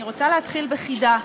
אני רוצה להתחיל בחידה.